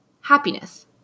Happiness